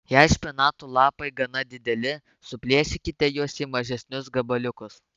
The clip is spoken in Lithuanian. jei špinatų lapai gana dideli suplėšykite juos į mažesnius gabaliukus